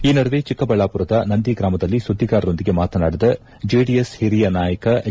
ಈ ನಡುವೆ ಚಿಕ್ಕಬಳ್ಳಾಪುರದ ನಂದಿ ಗ್ರಾಮದಲ್ಲಿ ಸುದ್ದಿಗಾರರೊಂದಿಗೆ ಮಾತನಾಡಿದ ಜೆಡಿಎಸ್ ಹಿರಿಯ ನಾಯಕ ಎಚ್